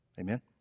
Amen